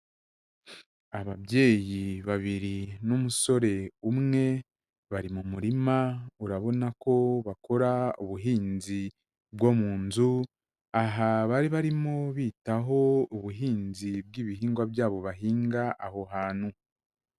Ababyeyi babiri n'umusore umwe bari mu murima, urabona ko bakora ubuhinzi bwo mu nzu, aha bari barimo bitaho ubuhinzi bw'ibihingwa byabo bahinga aho hantu.